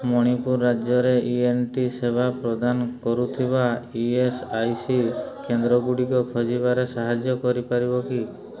ମଣିପୁର ରାଜ୍ୟରେ E N T ସେବା ପ୍ରଦାନ କରୁଥିବା ଇ ଏସ୍ ଆଇ ସି କେନ୍ଦ୍ରଗୁଡ଼ିକ ଖୋଜିବାରେ ସାହାଯ୍ୟ କରିପାରିବ କି